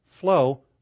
flow